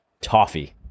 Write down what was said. toffee